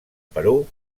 perú